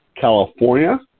California